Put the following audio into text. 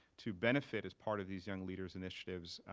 to benefit as part of these young leaders initiatives.